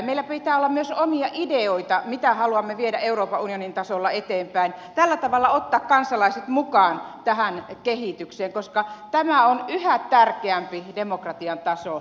meillä pitää olla myös omia ideoita mitä haluamme viedä euroopan unionin tasolla eteenpäin tällä tavalla ottaa kansalaiset mukaan tähän kehitykseen koska tämä on yhä tärkeämpi demokratian taso meille suomessa